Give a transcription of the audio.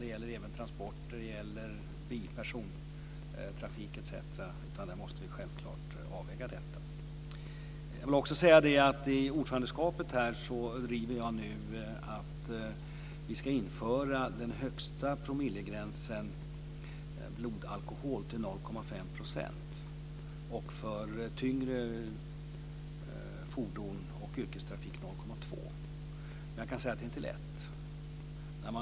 Det gäller även transporter, biloch persontrafik etc. Vi måste självklart avväga detta. Under ordförandeskapet driver jag nu att vi ska införa den högsta promillegränsen på 0,5 % för alkohol i blodet, och för tyngre fordon och yrkestrafik 0,2 %. Jag kan säga att det inte är lätt.